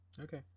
okay